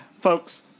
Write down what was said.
Folks